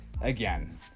Again